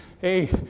hey